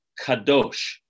kadosh